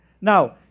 Now